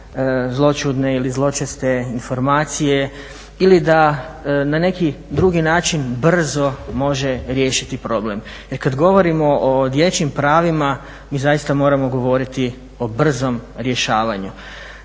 zloćudne ili zločeste informacije ili da na neki drugi način brzo može riješiti problem jer kad govorimo o dječjim pravima mi zaista moramo govoriti o brzom rješavanju.